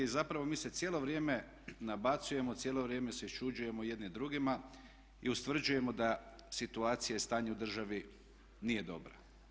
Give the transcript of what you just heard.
I zapravo mi se cijelo vrijeme nabacujemo, cijelo vrijeme se iščuđujemo jedni drugima i ustvrđujemo da situacija i stanje u državi nije dobra.